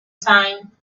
time